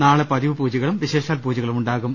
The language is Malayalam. നാളെ പതിവു പൂജകളും വിശേഷാൽ പൂജകളും ഉണ്ടാകും